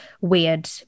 weird